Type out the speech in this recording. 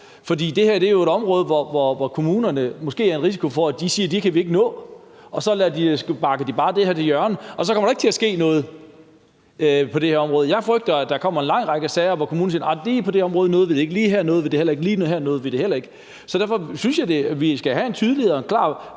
For det her er jo et område, hvor der måske er en risiko for, at kommunerne siger, at det kan de ikke nå, og at så sparker de bare det her til hjørne, og så kommer der ikke til at ske noget på det her område. Jeg frygter, at der kommer en lang række sager, hvor kommunerne siger, at lige på det område nåede de det ikke, og at lige der nåede de det heller ikke. Derfor synes jeg, vi skal have gjort det tydeligt og klart,